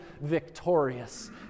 victorious